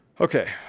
Okay